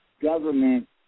government